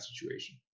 situation